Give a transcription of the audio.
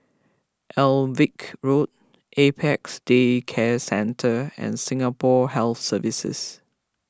Alnwick Road Apex Day Care Centre and Singapore Health Services